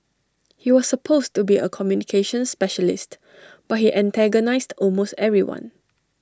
he was supposed to be A communications specialist but he antagonised almost everyone